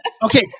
Okay